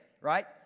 right